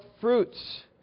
fruits